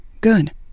good